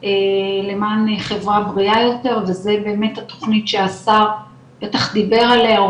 למען חברה בריאה יותר וזה באמת התוכנית שהשר בטח דיבר עליה,